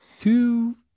two